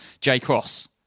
J-Cross